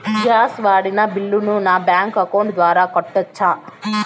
Gas వాడిన బిల్లును నా బ్యాంకు అకౌంట్ ద్వారా కట్టొచ్చా?